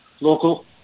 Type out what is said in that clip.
local